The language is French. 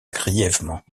grièvement